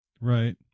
right